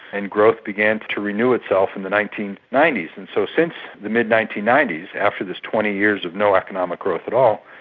and growth began to to renew itself in the nineteen ninety s. and so since the mid nineteen ninety s after this twenty years of no economic growth at all,